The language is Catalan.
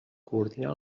coordinar